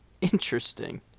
Interesting